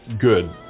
good